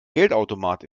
geldautomat